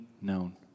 known